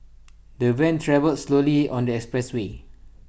the van travelled slowly on the expressway